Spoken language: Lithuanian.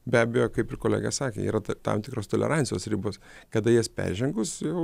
be abejo kaip ir kolega sakė yra tam tikros tolerancijos ribos kada jas peržengus jau